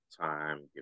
time